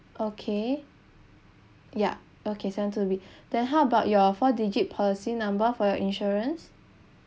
okay yup okay seven two b then how about your four digit policy number for your insurance